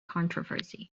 controversy